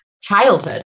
childhood